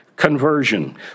conversion